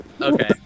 Okay